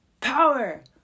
Power